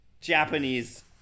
Japanese